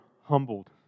humbled